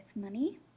money